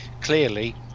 clearly